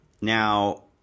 Now